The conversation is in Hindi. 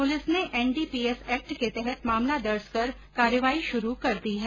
पुलिस ने एनडीपीएस एक्ट के तहत मामला दर्ज कर कार्रवाई शुरू कर दी है